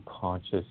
conscious